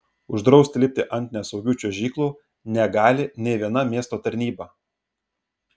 uždrausti lipti ant nesaugių čiuožyklų negali nė viena miesto tarnyba